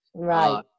Right